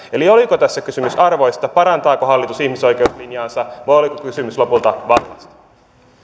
eli oliko tässä kysymys arvoista parantaako hallitus ihmisoikeuslinjaansa vai oliko kysymys lopulta vallasta